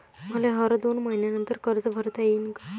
मले हर दोन मयीन्यानंतर कर्ज भरता येईन का?